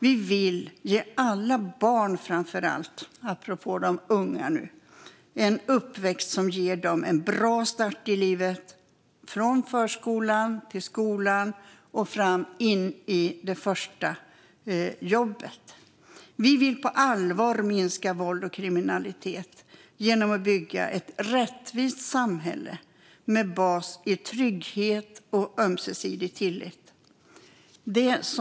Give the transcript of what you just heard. Vi vill ge alla barn - apropå de unga - en uppväxt som ger dem en bra start i livet, från förskola till skola och in i det första jobbet. Vi vill på allvar minska våld och kriminalitet genom att bygga ett rättvist samhälle med bas i trygghet och ömsesidig tillit.